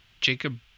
Jacob